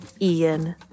ian